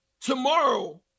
tomorrow